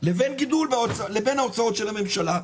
לבין הוצאות הממשלה.